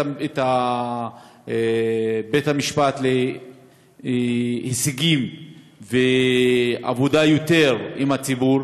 בית-המשפט להישגים וליותר עבודה עם הציבור.